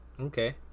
Okay